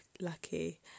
lucky